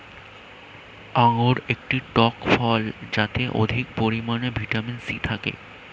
আঙুর একটি টক ফল যাতে অধিক পরিমাণে ভিটামিন সি থাকে